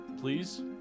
please